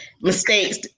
mistakes